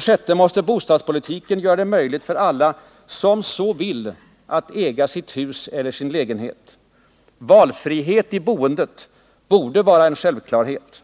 6. Bostadspolitiken måste göra det möjligt för alla som så vill att äga sitt hus eller sin lägenhet. Valfrihet i boendet borde vara en självklarhet.